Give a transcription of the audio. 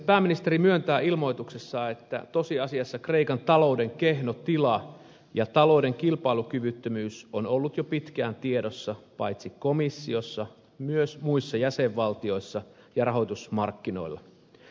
pääministeri myöntää ilmoituksessaan että tosiasiassa kreikan talouden kehno tila ja talouden kilpailukyvyttömyys on ollut jo pitkään tiedossa paitsi komissiossa myös muissa jäsenvaltioissa ja rahoitusmarkkinoilla